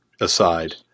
aside